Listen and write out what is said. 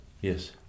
Yes